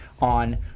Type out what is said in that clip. on